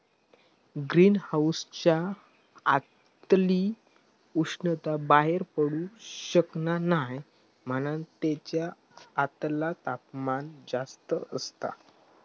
green हाउसच्या आतली उष्णता बाहेर पडू शकना नाय म्हणान तेच्या आतला तापमान जास्त असता